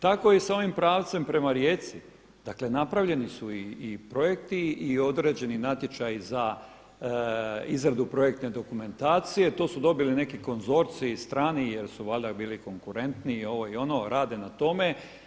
Tako i s ovim pravcem prema Rijeci, dakle napravljeni su i projekti i određeni natječaji za izradu projektne dokumentacije, to su dobili neki konzorcij strani jer su valjda bili konkurentniji i ovo i ono, rade na tome.